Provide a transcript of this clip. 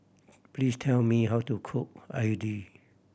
please tell me how to cook idly